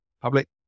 public